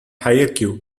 higher